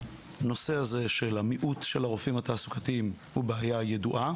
הנושא הזה של המיעוט של הרופאים התעסוקתיים הוא בעיה ידועה.